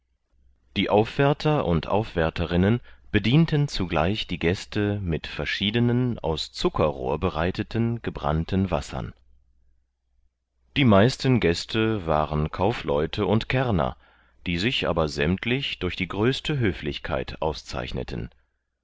die aufwärter und aufwärterinnen bedienten zugleich die gäste mit verschiedenen aus zuckerrohr bereiteten gebrannten wassern die meisten gäste waren kaufleute und kärrner die sich aber sämmtlich durch die größte höflichkeit auszeichneten